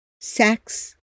sex